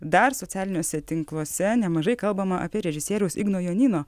dar socialiniuose tinkluose nemažai kalbama apie režisieriaus igno jonyno